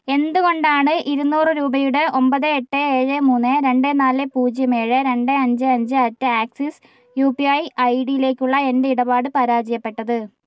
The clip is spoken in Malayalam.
എന്തുകൊണ്ടാണ് ഇരുനൂറ് രൂപയുടെ ഒമ്പത് എട്ട് ഏഴ് മൂന്ന് രണ്ട് നാല് പൂജ്യം ഏഴ് രണ്ട് അഞ്ച് അഞ്ച് at Axis U P I I ഡിയിലേക്കുള്ള എൻ്റെ ഇടപാട് പരാജയപ്പെട്ടത്